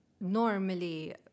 normally